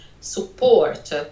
support